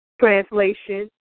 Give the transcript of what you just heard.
translation